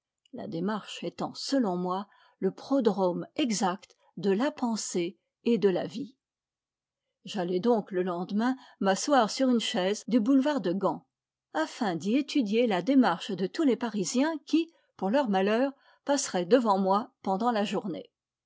la démarche étant selon moi le prodrome exact de la pensée et de la vie j'allai donc le lendemain m'asseoir sur une chaise du boulevard de gand afin d'y étudierla démarche de tous les parisiens qui pour leur malheur passeraient devant moi pendant la journée